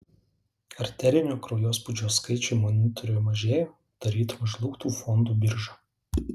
arterinio kraujospūdžio skaičiai monitoriuje mažėja tarytum žlugtų fondų birža